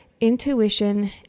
intuition